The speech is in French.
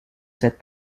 cette